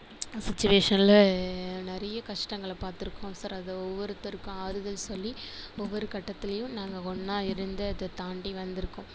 சுச்வேஷனில் நிறைய கஷ்டங்களை பார்த்துருக்கோம் ஒவ்வொருத்தருக்கும் ஆறுதல் சொல்லி ஒவ்வொரு கட்டத்துலையும் நாங்கள் ஒன்னாக இருந்து அதை தாண்டி வந்து இருக்கோம்